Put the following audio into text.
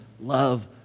love